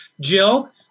Jill